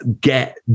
get